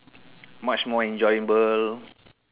much more enjoyable